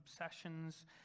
obsessions